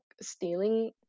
stealing